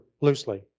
loosely